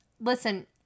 listen